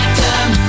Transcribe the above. time